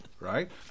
right